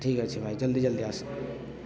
ଠିକ୍ ଅଛି ଭାଇ ଜଲ୍ଦି ଜଲ୍ଦି ଆସ